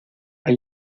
hay